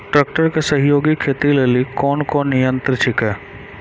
Tractor के सहयोगी खेती लेली कोन कोन यंत्र छेकै?